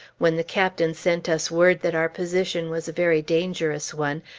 when the captain sent us word that our position was a very dangerous one,